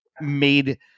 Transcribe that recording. made